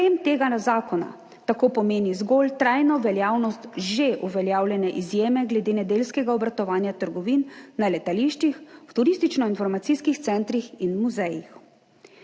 Sprejetje tega zakona tako pomeni zgolj trajno veljavnost že uveljavljene izjeme glede nedeljskega obratovanja trgovin na letališčih, v turističnoinformacijskih centrih in muzejih.